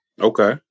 Okay